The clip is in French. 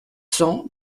cents